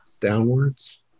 downwards